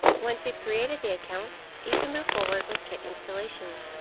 once you've created the accounts, you can move forward with kit installation.